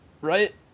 right